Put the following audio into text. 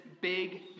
big